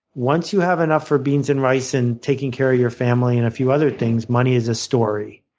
once you have enough for beans and rice and taking care of your family and a few other things, money is a story.